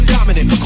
Dominant